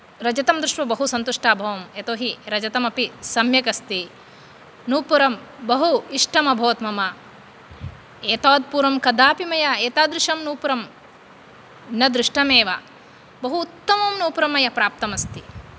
रजतं दृष्ट्वा बहु संतुष्टः अभवम् यतोऽहि रजतम् अपि सम्यक् अस्ति नूपूरं बहु इष्टम् अभवत् मम एतावत् पूर्वं कदापि मया एतादृशं नूपूरं न दृष्टम् एव बहु उत्तमं नूपूरं मया प्राप्तम् अस्ति